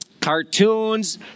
cartoons